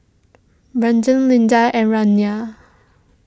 Brandon Linda and Raina